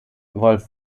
wolf